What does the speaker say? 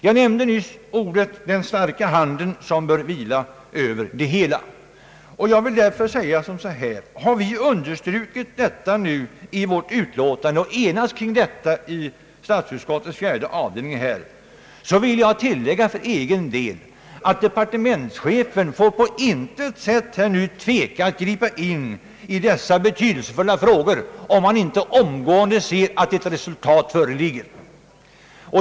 Jag använde nyss uttrycket »den starka handen som bör vila över det hela». Därför vill jag säga: Har vi i vårt utlåtande understrukit detta och enats kring detta i statsutskottets fjärde avdelning, vill jag för egen del tillägga att departementschefen på intet sätt får tveka att gripa in i dessa betydelsefulla frågor, om han inte omgående ser att ett resultat föreligger.